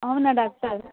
అవునా డాక్టర్